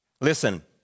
Listen